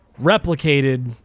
replicated